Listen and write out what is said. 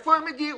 מאיפה הם הגיעו?